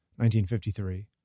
1953